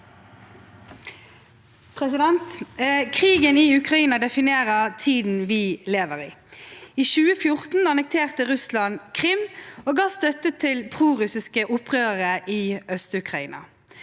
Krigen i Ukraina definerer tiden vi lever i. I 2014 annekterte Russland Krym og ga støtte til prorussiske opprørere i Øst-Ukraina.